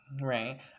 Right